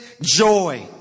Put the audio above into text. joy